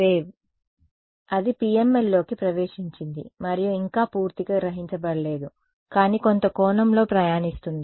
wave అది PML లోకి ప్రవేశించింది మరియు ఇంకా పూర్తిగా గ్రహించబడలేదు కానీ కొంత కోణంలో ప్రయాణిస్తుంది